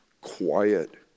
quiet